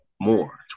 More